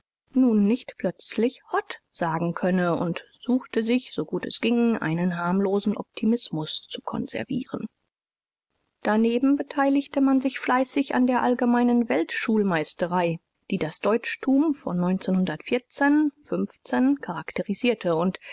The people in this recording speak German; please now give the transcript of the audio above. nun nicht plötzlich hott sagen könne u suchte sich so gut es ging einen harmlosen optimismus zu conservieren daneben beteiligte man sich fleißig an der allgemeinen weltschulmeisterei die das deutschtum von charakterisierte und